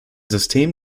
system